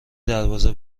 دربازه